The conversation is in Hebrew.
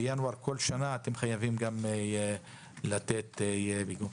בינואר בכל שנה אתם חייבים לתת דיווח.